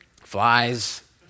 flies